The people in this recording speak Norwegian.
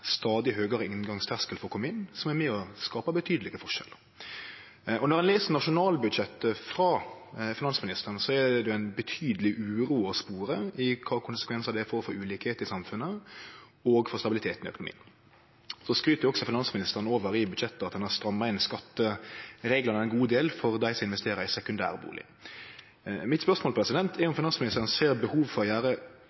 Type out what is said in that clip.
Når ein les nasjonalbudsjettet frå finansministeren, er det ei betydeleg uro å spore for kva konsekvensar det får for forskjellane i samfunnet og for stabiliteten i økonomien. Finansministeren skryter i budsjettet av at ein har stramma inn skattereglane ein god del for dei som investerer i sekundær bustad. Mitt spørsmål er om